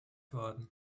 worden